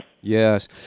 Yes